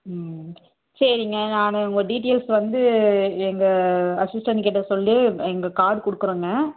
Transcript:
ம் சரிங்க நானும் உங்கள் டீடெயில்ஸ் வந்து எங்கள் அசிஸ்ட்டென்ட்கிட்ட சொல்லி எங்கள் கார் கொடுக்குறோங்க